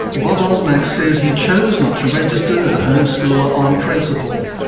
bob osmak says he chose not to register as a homeschooler on principle.